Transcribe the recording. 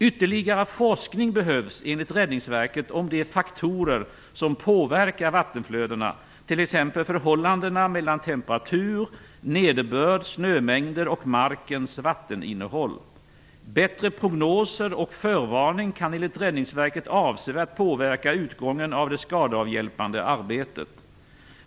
Ytterligare forskning behövs enligt Räddningsverket om de faktorer som påverkar vattenflödena, t.ex. förhållandena mellan temperatur, nederbörd, snömängder och markens vatteninnehåll. Bättre prognoser och förvarning kan enligt Räddningsverket avsevärt påverka utgången av det skadeavhjälpande arbetet.